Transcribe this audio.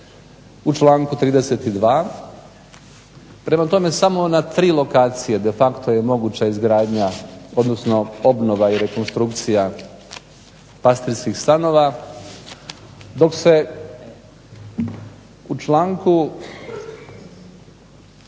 u članku 32. Prema tome samo na tri lokacije de facto je moguća izgradnja odnosno obnova i rekonstrukcija pastirskih stanova, dok se u članku